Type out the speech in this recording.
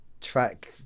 track